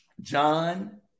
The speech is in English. John